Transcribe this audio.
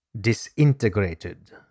disintegrated